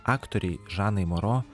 aktorei žanai moro